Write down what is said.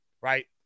right